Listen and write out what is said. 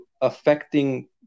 affecting